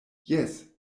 jes